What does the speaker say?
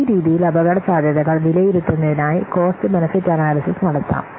ഈ രീതിയിൽ അപകടസാധ്യതകൾ വിലയിരുത്തുന്നതിനായി കോസ്റ്റ് ബെനിഫിറ്റ് അനാല്യ്സിസ് നടത്താം